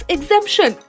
Exemption